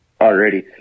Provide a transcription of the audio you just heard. already